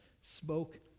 spoke